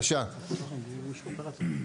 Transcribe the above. ואם אין התנגדות של בנק ישראל.